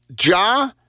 Ja